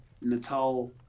Natal